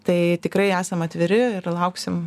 tai tikrai esam atviri ir lauksim